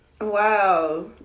Wow